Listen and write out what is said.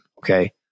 Okay